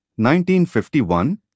1951